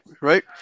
Right